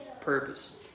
purpose